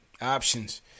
Options